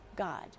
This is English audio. God